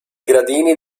gradini